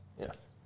yes